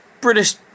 British